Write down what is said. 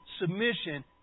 submission